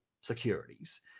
securities